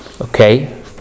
Okay